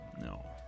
No